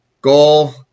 goal